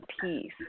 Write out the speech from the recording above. peace